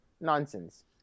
Nonsense